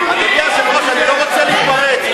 אדוני היושב-ראש, אני לא רוצה להתפרץ.